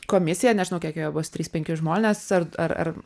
komisiją nežinau kiek joje bus trys penki žmonės ar ar ar